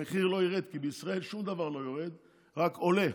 המחיר לא ירד כי בישראל שום דבר לא יורד, רק עולה,